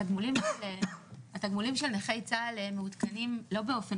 התגמולים של נכי צה"ל מעודכנים לא באופן